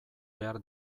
behar